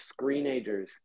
screenagers